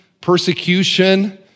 persecution